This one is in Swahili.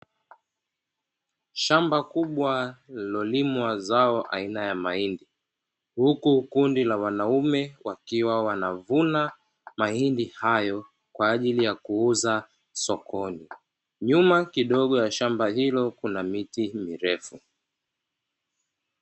Shamba kubwa lililolimwa zao aina ya mahindi huku kundi la wanaume wakiwa wanavuna mahindi hayo, kwa ajili ya kuuza sokoni. Nyuma kidogo ya shamba hilo kuna miti mirefu.